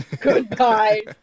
Goodbye